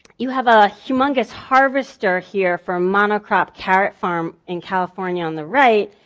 you have a humongous harvester here from monocrop carrot farm in california on the right.